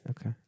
Okay